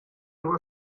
were